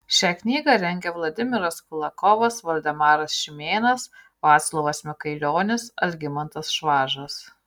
šią knygą rengia vladimiras kulakovas valdemaras šimėnas vaclovas mikailionis algimantas švažas